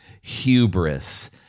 hubris